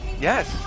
Yes